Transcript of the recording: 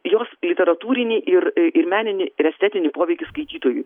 jos literatūrinį ir ir meninį ir estetinį poveikį skaitytojui